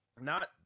not-